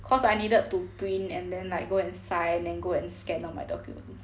cause I needed to print and then like go and sign then go and scan all my documents